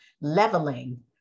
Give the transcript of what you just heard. leveling